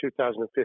2015